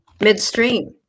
midstream